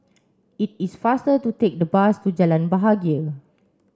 it is faster to take the bus to Jalan Bahagia